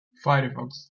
firefox